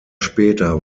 später